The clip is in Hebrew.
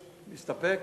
מסתפק?